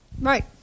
Right